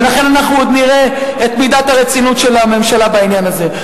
ולכן אנחנו עוד נראה את מידת הרצינות של הממשלה בעניין הזה.